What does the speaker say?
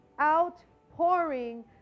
outpouring